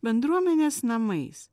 bendruomenės namais